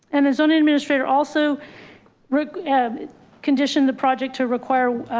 and as um an administrator also re conditioned the project to require,